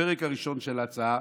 הפרק הראשון של ההצעה